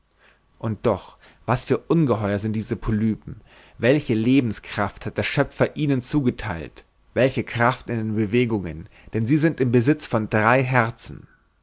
und doch was für ungeheuer sind diese polypen welche lebenskraft hat der schöpfer ihnen zugetheilt welche kraft in den bewegungen denn sie sind im besitz von drei herzen